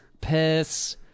piss